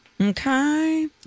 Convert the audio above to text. Okay